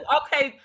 okay